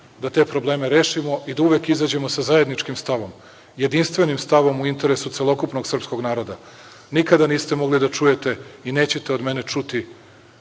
da te probleme rešimo i uvek izađemo sa zajedničkim stavom, jedinstvenim stavom u interesu celokupnog srpskog naroda. Nikada niste mogli da čujete i nećete od mene ni